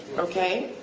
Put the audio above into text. okay,